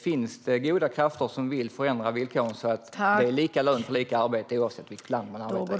Finns det goda krafter som vill förändra villkoren så att det blir lika lön för lika arbete, oavsett vilket land man arbetar i.